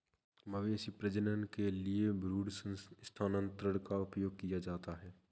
मवेशी प्रजनन के लिए भ्रूण स्थानांतरण का उपयोग किया जाता है